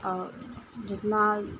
और जितना